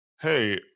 hey